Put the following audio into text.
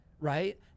right